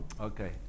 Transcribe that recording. Okay